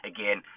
Again